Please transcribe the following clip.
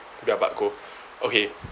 ya but go okay